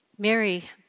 Mary